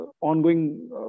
ongoing